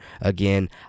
again